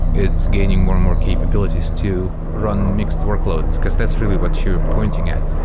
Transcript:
it's gaining more and more capabilities to run mixed workloads, because that's really what you're pointing at.